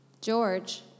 George